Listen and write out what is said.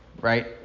right